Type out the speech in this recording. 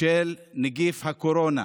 של נגיף הקורונה,